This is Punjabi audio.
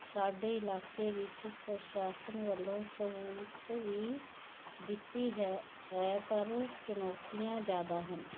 ਸਾਡੇ ਇਲਾਕੇ ਵਿੱਚ ਪ੍ਰਸ਼ਾਸਨ ਵੱਲੋਂ ਸਹੂਲਤ ਵੀ ਦਿੱਤੀ ਹੈ ਹੈ ਪਰ ਚੁਣੌਤੀਆਂ ਜ਼ਿਆਦਾ ਹਨ